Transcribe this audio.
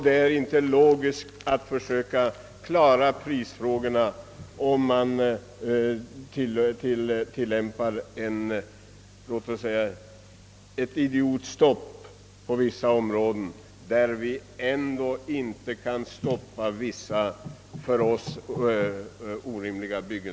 Det är inte logiskt att försöka klara prisfrågorna och samtidigt tillämpa — låt mig säga det — ett idiotstopp på vissa områden där vi ändå inte kan hindra en del för oss orimliga byggen.